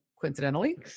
coincidentally